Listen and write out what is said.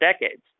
decades